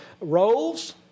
roles